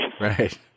right